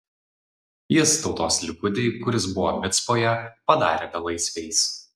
jis tautos likutį kuris buvo micpoje padarė belaisviais